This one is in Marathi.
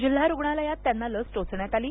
जिल्हा रुग्णालयात त्यांना लस टोचण्यात आली